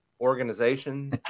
organization